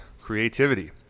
creativity